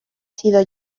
sido